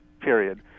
period